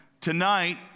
Tonight